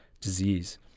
disease